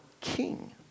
King